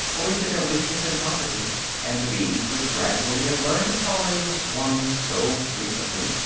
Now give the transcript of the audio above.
owing to their weakness and poverty and the bees would gradually have learned the folly of swarming so frequently,